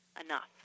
enough